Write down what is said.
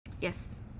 Yes